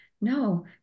No